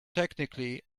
technically